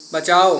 बचाओ